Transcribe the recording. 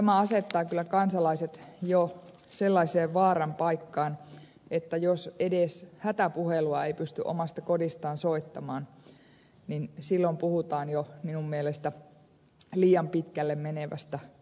tämä asettaa kyllä kansalaiset jo sellaiseen vaaran paikkaan että jos edes hätäpuhelua ei pysty omasta kodistaan soittamaan niin silloin puhutaan jo minun mielestäni liian pitkälle menevästä tietoliikennekatkoksesta